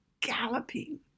galloping